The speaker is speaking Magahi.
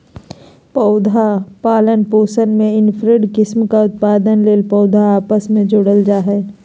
पौधा पालन पोषण में इनब्रेड किस्म का उत्पादन ले पौधा आपस मे जोड़ल जा हइ